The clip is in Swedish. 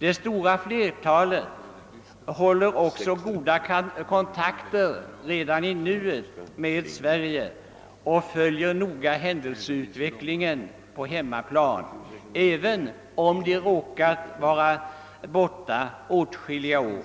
Det stora flertalet håller också redan goda kontakter med Sverige och följer noga händelseutvecklingen på hemmaplan, även om de råkat vara borta i åtskilliga år.